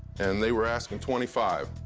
and they were asking twenty five.